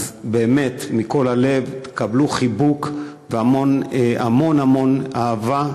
אז באמת, מכל הלב, קבלו חיבוק והמון המון אהבה.